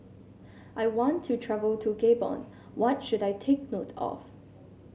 I want to travel to Gabon what should I take note of